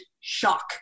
shock